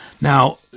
Now